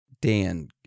Dan